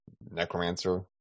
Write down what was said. necromancer